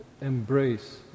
embrace